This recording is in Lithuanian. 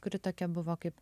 kuri tokia buvo kaip